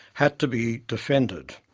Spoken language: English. had to be defended.